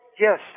Yes